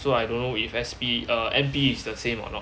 so I don't know if S_P err and N_P is the same or not